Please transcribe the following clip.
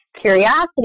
curiosity